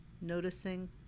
Noticing